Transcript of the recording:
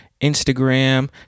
Instagram